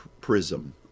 prism